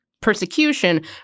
Persecution